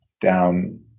down